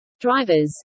Drivers